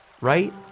Right